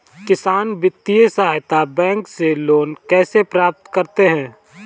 किसान वित्तीय सहायता बैंक से लोंन कैसे प्राप्त करते हैं?